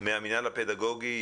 מהמינהל הפדגוגי.